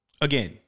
again